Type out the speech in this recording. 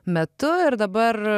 metu ir dabar